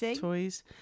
toys